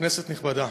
כנסת נכבדה,